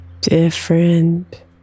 different